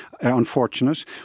unfortunate